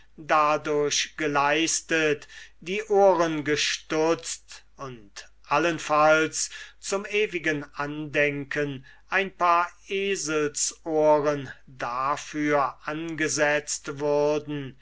dadurch geleistet die ohren gestutzt und allenfalls zum ewigen andenken ein paar eselsohren dafür angesetzt würden